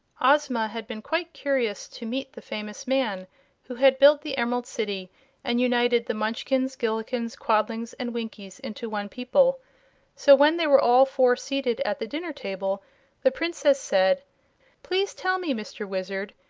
ozma had been quite curious to meet the famous man who had built the emerald city and united the munchkins, gillikins, quadlings and winkies into one people so when they were all four seated at the dinner table the princess said please tell me, mr. wizard,